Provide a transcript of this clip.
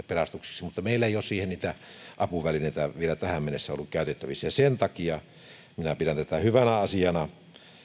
pelastukseksi mutta meillä ei ole siihen niitä apuvälineitä vielä tähän mennessä ollut käytettävissä sen takia minä pidän tätä hyvänä asiana